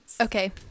okay